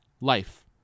life